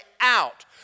out